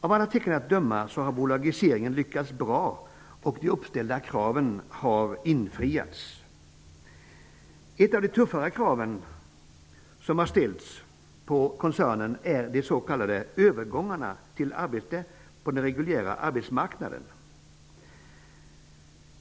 Av alla tecken att döma har bolagiseringen lyckats bra, och de uppställda kraven har infriats. Ett av de tuffare kraven som ställdes på koncernen gäller de s.k. övergångarna till arbete på den reguljära arbetsmarknaden.